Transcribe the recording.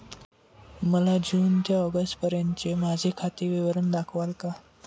मला जून ते ऑगस्टपर्यंतचे माझे खाते विवरण दाखवाल का?